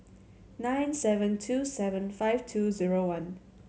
nine seven two seven five two zero one